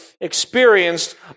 experienced